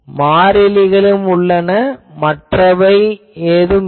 மாறிலிகளும் உள்ளன மற்றவை இல்லை